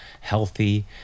healthy